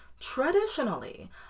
traditionally